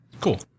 Cool